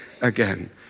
again